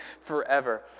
forever